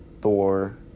Thor